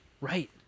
Right